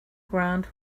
ground